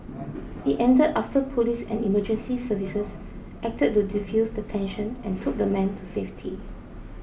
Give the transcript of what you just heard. it ended after police and emergency services acted to defuse the tension and took the man to safety